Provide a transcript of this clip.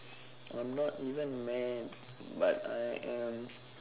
I'm not even mad but I am